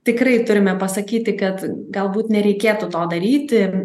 tikrai turime pasakyti kad galbūt nereikėtų to daryti